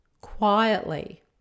quietly